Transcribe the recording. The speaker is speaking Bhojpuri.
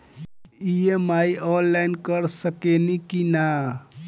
ई.एम.आई आनलाइन कर सकेनी की ना?